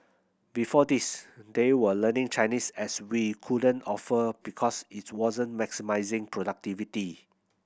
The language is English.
before this they were learning Chinese as we couldn't offer because it wasn't maximising productivity